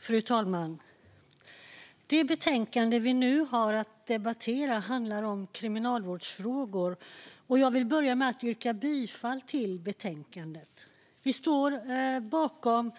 Fru talman! Det betänkande som vi nu har att debattera handlar om kriminalvårdsfrågor. Jag vill börja med att yrka bifall till utskottets förslag. Vi står bakom